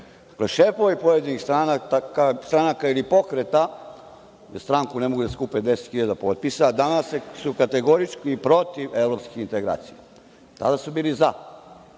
pojedinih stranaka ili pokreta, a za stranku ne mogu da skupe 10.000 potpisa, a danas su kategorički protiv protiv evropskih integracija, a tada su bili za.